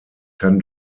kann